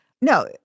No